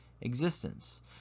existence